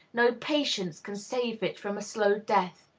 no patience can save it from a slow death.